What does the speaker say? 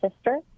sister